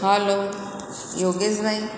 hello Yogesh ભાઈ